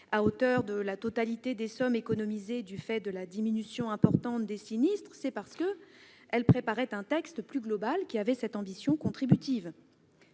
à hauteur de la totalité des sommes économisées du fait de la diminution importante des sinistres, nous nous sommes dit qu'un texte plus global, incluant cette ambition contributive,